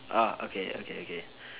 orh okay okay okay